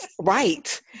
Right